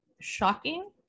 shocking